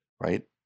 right